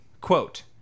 Quote